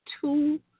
two